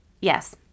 yes